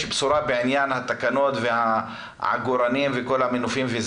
בשורה בעניין התקנות והעגורנים והמנופים.